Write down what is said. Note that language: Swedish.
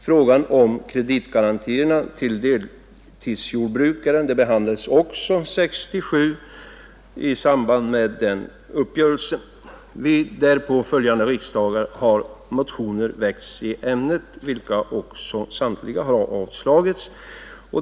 Frågan om kreditgarantier till deltidsjordbrukare behandlades också 1967 i samband med den uppgörelse som då träffades. Vid därpå följande riksdagar har motioner väckts i ämnet, vilka samtliga också har avslagits.